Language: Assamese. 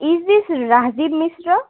is this Rajiv Mishra